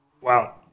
Wow